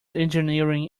engineering